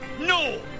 No